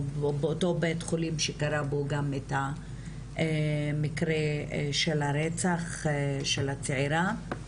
או באותו בית החולים שקרה בו המקרה של הרצח של הצעירה.